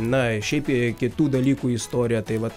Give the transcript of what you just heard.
na šiaip kitų dalykų istorija tai vat